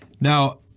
Now